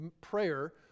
prayer